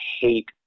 hate